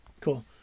cool